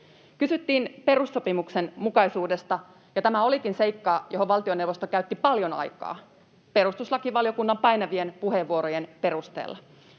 Kysyttiin perussopimuksen mukaisuudesta, ja tämä olikin seikka, johon valtioneuvosto käytti paljon aikaa perustuslakivaliokunnan painavien puheenvuorojen perusteella.